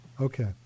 Okay